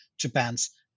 Japan's